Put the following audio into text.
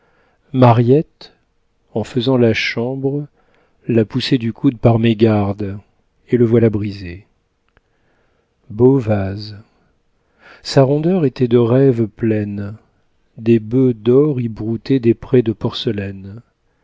mariette en faisant la chambre l'a poussé du coude par mégarde et le voilà brisé beau vase sa rondeur était de rêves pleine des bœufs d'or y broutaient des prés de porcelaine